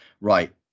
right